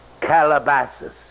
Calabasas